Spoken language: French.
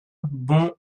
bons